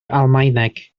almaeneg